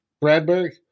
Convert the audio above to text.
Bradbury